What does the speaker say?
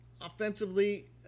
Offensively